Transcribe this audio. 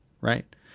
right